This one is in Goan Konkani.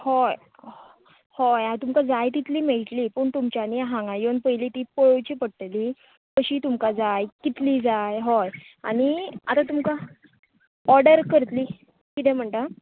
हय हय तुमकां जाय तितलीं मेळटलीं पूण तुमच्यानी हांगा योवन पयली तीं पळोवची पडटलीं कशीं तुमकां जाय कितलीं जाय हय हय आनी आतां तुमकां ऑर्डर करतलीं कितें म्हणटा